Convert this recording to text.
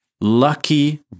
Lucky